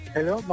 Hello